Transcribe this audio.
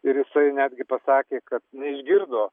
ir jisai netgi pasakė kad neišgirdo